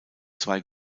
zwei